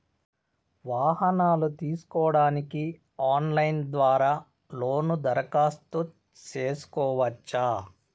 వాహనాలు తీసుకోడానికి ఆన్లైన్ ద్వారా లోను దరఖాస్తు సేసుకోవచ్చా?